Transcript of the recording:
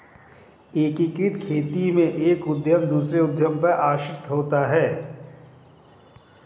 एकीकृत खेती में एक उद्धम दूसरे उद्धम पर आश्रित होता है